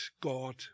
God